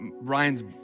Ryan's